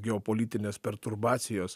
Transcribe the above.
geopolitinės perturbacijos